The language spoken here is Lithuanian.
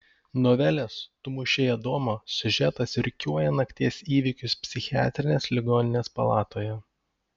novelės tu mušei adomą siužetas rikiuoja nakties įvykius psichiatrinės ligoninės palatoje